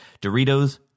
Doritos